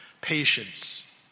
patience